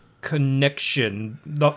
connection